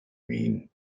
mean